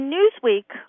Newsweek